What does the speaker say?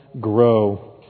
grow